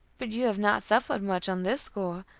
but you have not suffered much on this score,